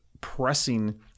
pressing